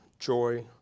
joy